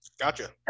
Gotcha